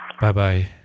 Bye-bye